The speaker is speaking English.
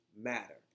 matter